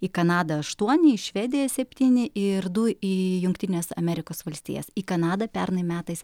į kanadą aštuoni į švediją septyni ir du į jungtines amerikos valstijas į kanadą pernai metais